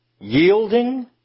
yielding